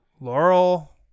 Laurel